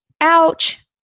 Ouch